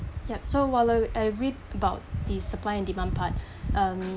yup so while uh I agree about the supply and demand part um